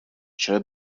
چرا